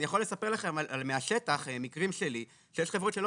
אני יכול לספר לכם מהשטח מקרים שלי שיש חברות שלא